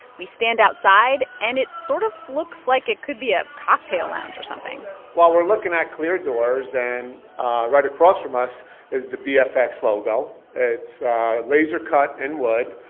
we stand outside, and it sort of looks like it could be a cocktail lounge or something well, we're looking at clear doors, and right across from us is the bfx logo. it's laser-cut in wood.